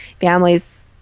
families